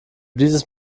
dieses